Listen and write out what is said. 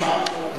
תשמע,